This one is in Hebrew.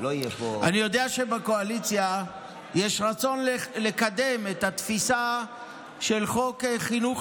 אני יודע שבקואליציה יש רצון לקדם את התפיסה של חוק חינוך